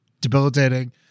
debilitating